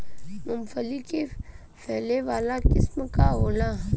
मूँगफली के फैले वाला किस्म का होला?